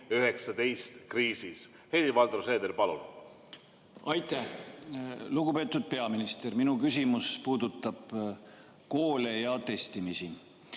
kriisis. Helir-Valdor Seeder, palun! Aitäh! Lugupeetud peaminister! Minu küsimus puudutab koole ja testimisi.